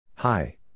Hi